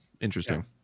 interesting